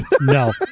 no